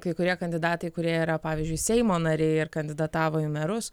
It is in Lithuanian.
kai kurie kandidatai kurie yra pavyzdžiui seimo nariai ir kandidatavo į merus